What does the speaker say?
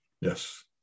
yes